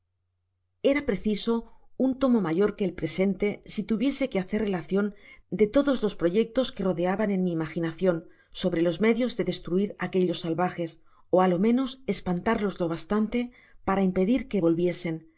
era preciso un tomo mayor que el presente si tuviese que hacer relacion de todos los proyectos que rodaban'án mi imaginacion sobre los medios de destruir aquellóssalvajes ó á lo menos espantarlos lo bastante para impedir que volviesen